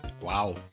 Wow